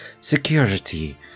security